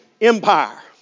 Empire